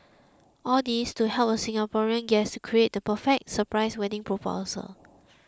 all this to help a Singaporean guest create the perfect surprise wedding proposal